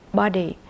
body